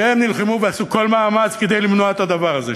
שנלחמו ועשו כל מאמץ כדי למנוע את הדבר הזה,